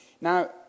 Now